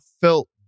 felt